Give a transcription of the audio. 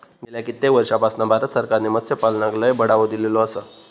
गेल्या कित्येक वर्षापासना भारत सरकारने मत्स्यपालनाक लय बढावो दिलेलो आसा